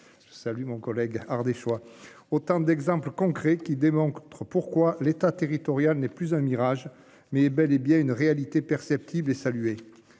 Salut mon collègue ardéchois. Autant d'exemples concrets qui démontrent, pourquoi l'État territorial n'est plus un mirage mais bel et bien une réalité perceptible et salué